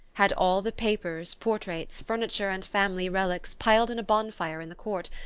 had all the papers, portraits, furniture and family relics piled in a bonfire in the court,